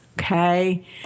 Okay